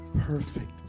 perfect